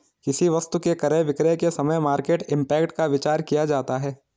किसी वस्तु के क्रय विक्रय के समय मार्केट इंपैक्ट का विचार किया जाता है